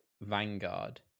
Vanguard